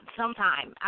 sometime